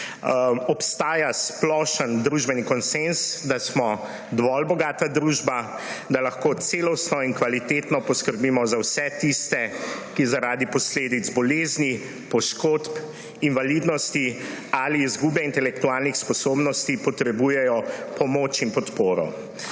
Obstaja splošen družbeni konsenz, da smo dovolj bogata družba, da lahko celostno in kvalitetno poskrbimo za vse tiste, ki zaradi posledic bolezni, poškodb, invalidnosti ali izgube intelektualnih sposobnosti potrebujejo pomoč in podporo.